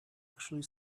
actually